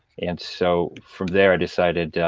and so, from there, i decided,